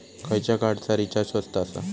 खयच्या कार्डचा रिचार्ज स्वस्त आसा?